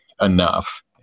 enough